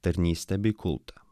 tarnystę bei kultą